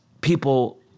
people